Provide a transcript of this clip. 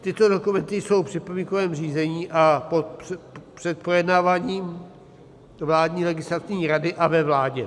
Tyto dokumenty jsou v připomínkovém řízení a před projednáváním vládní legislativní rady a ve vládě.